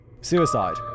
Suicide